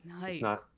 Nice